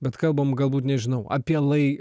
bet kalbam galbūt nežinau apie lai